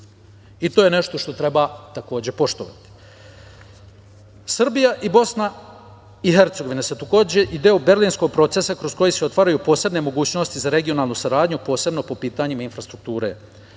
To je nešto što treba takođe poštovati. Srbija i Bosna i Hercegovina su takođe i deo Berlinskog procesa, kroz koji se otvaraju posebne mogućnosti za regionalnu saradnju, posebno po pitanjima infrastrukture.